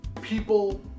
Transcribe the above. people